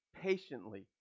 patiently